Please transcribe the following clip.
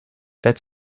that